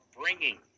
bringing